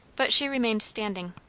but she remained standing.